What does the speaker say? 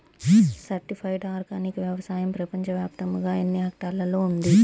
Certified organic వ్యవసాయం ప్రపంచ వ్యాప్తముగా ఎన్నిహెక్టర్లలో ఉంది?